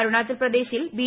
അരുണാചൽ പ്രദേശിൽ ബി